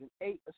eight